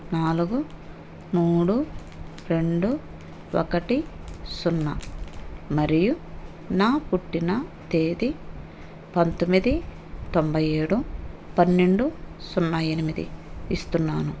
నాలుగు మూడు రెండు ఒకటి సున్నా మరియు నా పుట్టిన తేదీ పంతొమ్మిది తొంభై ఏడు పన్నెండు సున్నా ఎనిమిది ఇస్తున్నాను